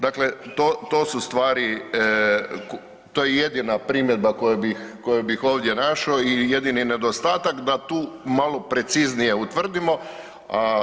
Dakle, to su stvari, to je jedina primjedba koju bih ovdje našao i jedini nedostatak da tu malo preciznije utvrdimo.